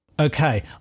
okay